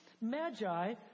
magi